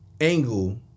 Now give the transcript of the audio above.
angle